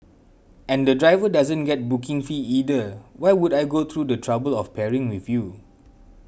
and the driver doesn't get booking fee either why would I go through the trouble of pairing with you